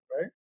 right